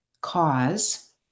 cause